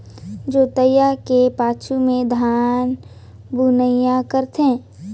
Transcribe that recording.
जोतई के पाछू में धान बुनई करथे